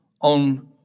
on